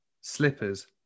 slippers